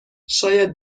شاید